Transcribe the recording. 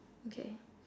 okay